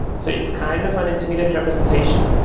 so it's kind of an intermediate representation,